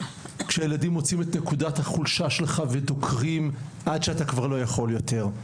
כשילדים מוצאים את נקודת החולשה שלך ודוקרים עד שאתה כבר לא יכול יותר.